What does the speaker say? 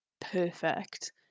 perfect